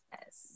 Yes